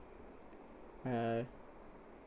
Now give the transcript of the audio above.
uh